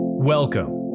Welcome